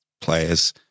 players